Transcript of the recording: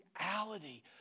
reality